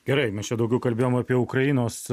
gerai mes čia daugiau kalbėjom apie ukrainos